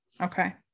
Okay